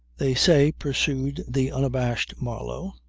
they say, pursued the unabashed marlow,